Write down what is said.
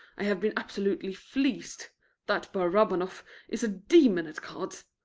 i have been absolutely fleeced that barabanoff is a demon at cards.